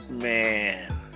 Man